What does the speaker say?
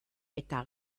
eta